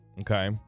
Okay